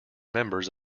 members